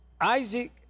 isaac